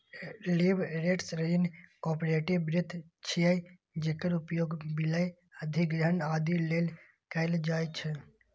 leveraged ऋण corporate वित्त छियै, जेकर उपयोग विलय, अधिग्रहण, आदि लेल कैल जाइ छै